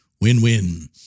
Win-win